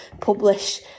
publish